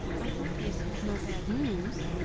i hope he has had no bad news,